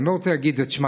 אני לא רוצה להגיד את שמה,